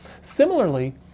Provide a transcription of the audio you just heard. Similarly